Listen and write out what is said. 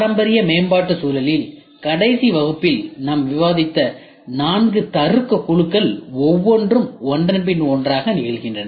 பாரம்பரிய மேம்பாட்டு சூழலில் கடைசி வகுப்பில் நாம் விவாதித்த நான்கு தருக்க குழுக்கள் ஒவ்வொன்றும் ஒன்றன்பின் ஒன்றாக நிகழ்கின்றன